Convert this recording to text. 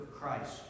Christ